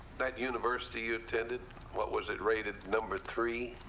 that university you attended what was it rated? number three?